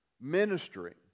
ministering